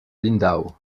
lindau